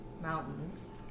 mountains